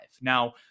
Now